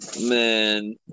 Man